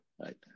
right